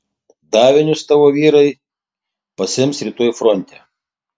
davinius tavo vyrai pasiims rytoj forte